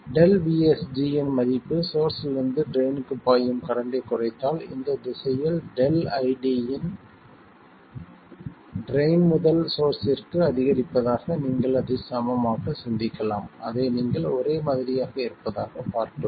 ΔVSG இன் மதிப்பு சோர்ஸ்ஸிலிருந்து ட்ரைன்க்கு பாயும் கரண்ட்டைக் குறைத்தால் இந்த திசையில் ΔID ட்ரைன் முதல் சோர்ஸ்ஸிற்கு அதிகரிப்பதாக நீங்கள் அதைச் சமமாகச் சிந்திக்கலாம் அதை நீங்கள் ஒரே மாதிரியாக இருப்பதாக பார்க்கலாம்